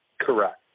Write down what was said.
Correct